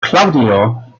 claudio